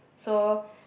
so